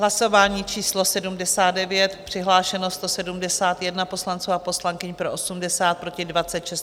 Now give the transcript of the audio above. Hlasování číslo 79, přihlášeno 171 poslanců a poslankyň, pro 80, proti 26.